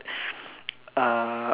uh